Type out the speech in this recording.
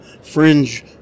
fringe